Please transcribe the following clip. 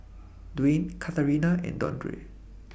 Dwyane Katharina and Dondre